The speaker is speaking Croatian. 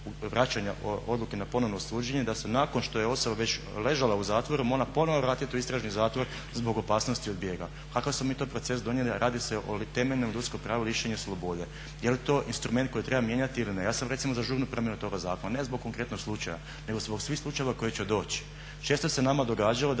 vraćanja odluke na ponovno suđenje da se nakon što je osoba već ležala u zatvoru mora ponovo vratit u istražni zatvor zbog opasnosti od bijega. Kakav smo mi to proces donijeli a radi se o temeljnom ljudskom pravu lišenje slobode? Je li to instrument koji treba mijenjati ili ne? Ja sam recimo za žurnu promjenu toga zakona, ne zbog konkretnog slučaja nego zbog svih slučajeva koji će doći. Često se nama događalo da